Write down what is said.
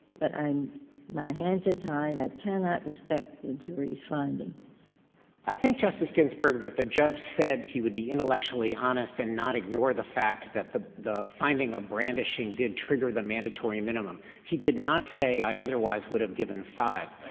but i'm my hands are tied, i cannot respect the and jury's finding. dreeben i think, justice ginsburg, that the judge said he would be intellectually honest and not ignore the fact that the the finding of brandishing did trigger the mandatory minimum. he did not say, i otherwise would have given five.